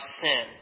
sin